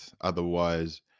otherwise